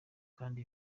kandi